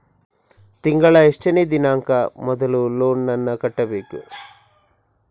ತಿಂಗಳ ಎಷ್ಟನೇ ದಿನಾಂಕ ಮೊದಲು ಲೋನ್ ನನ್ನ ಕಟ್ಟಬೇಕು?